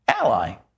ally